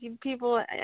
people